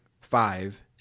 five